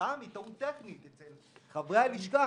וכתוצאה מטעות טכנית אצל חברי הלשכה,